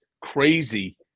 crazy